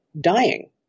dying